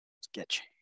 Sketch